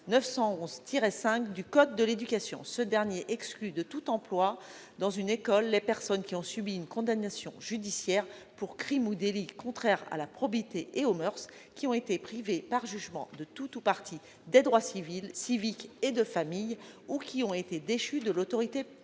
911-5 du code de l'éducation. Ce dernier exclut en effet de tout emploi dans une école ceux qui ont subi une « condamnation judiciaire pour crime ou délit contraire à la probité et aux moeurs », qui ont été « privés par jugement de tout ou partie des droits civils, civiques et de famille » ou qui ont été « déchus de l'autorité parentale